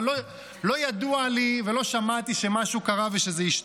אבל לא ידוע לי ולא שמעתי שמשהו קרה ושזה השתנה,